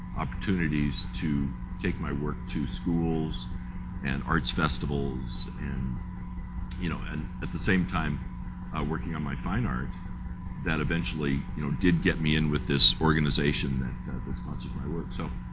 opportunities to take my work to schools and arts festivals and you know, and at the same time working on my fine art that eventually you know did get me in with this organization that sponsored my work. so